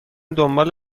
دنبال